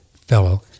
fellow